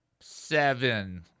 Seven